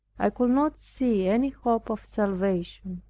i could not see any hope of salvation,